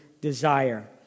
desire